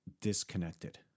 Disconnected